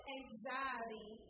anxiety